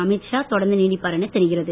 அமீத் ஷா தொடர்ந்து நீடிப்பார் என தெரிகிறது